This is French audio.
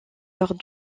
lors